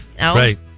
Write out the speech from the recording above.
Right